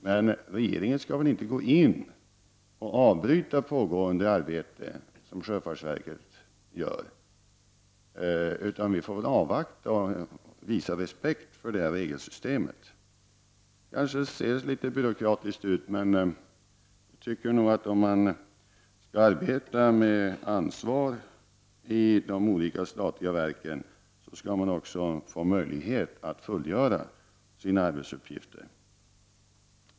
Men regeringen skall väl inte gå in och avbryta pågående arbete som sjöfartsverket gör? Vi får väl avväga och visa respekt för det regelsystemet. Det kanske ser litet byråkratiskt ut. Skall man arbeta med ansvar i de olika statliga verken skall man också ha möjlighet att fullgöra sina arbets uppgifter.